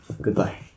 Goodbye